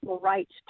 rights